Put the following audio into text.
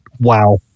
Wow